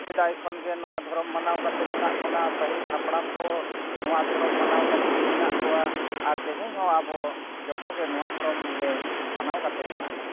ᱥᱮᱫᱟᱭ ᱠᱷᱚᱱᱜᱮ ᱱᱚᱣᱟ ᱫᱷᱚᱨᱚᱢ ᱢᱟᱱᱟᱣ ᱠᱟᱛᱮᱫ ᱢᱮᱱᱟᱜ ᱵᱚᱱᱟ ᱯᱟᱹᱦᱤᱞ ᱦᱟᱯᱲᱟᱢ ᱠᱚ ᱱᱚᱣᱟ ᱫᱷᱚᱨᱚᱢ ᱢᱟᱱᱟᱣ ᱠᱟᱛᱮᱫ ᱜᱮ ᱢᱮᱱᱟᱜ ᱠᱚᱣᱟ ᱟᱨ ᱛᱮᱦᱮᱧ ᱦᱚᱸ ᱟᱵᱚ ᱱᱚᱣᱟ ᱫᱷᱚᱨᱚᱢ ᱜᱮ ᱢᱱᱟᱣ ᱠᱟᱛᱮᱫ ᱢᱮᱱᱟᱜ ᱞᱮᱭᱟ